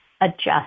adjust